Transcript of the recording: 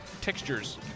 Textures